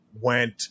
went